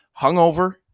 hungover